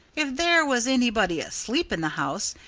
if there was anybody asleep in the house,